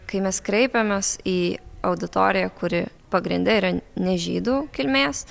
kai mes kreipėmės į auditoriją kuri pagrinde yra ne žydų kilmės